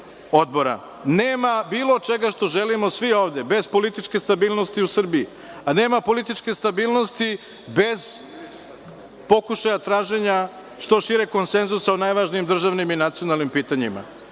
bilo čega što želimo svi ovde bez političke stabilnosti u Srbiji, a nema političke stabilnosti bez pokušaja traženja što šireg konsenzusa o najvažnijim državnim i nacionalnim pitanjima